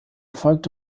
folgte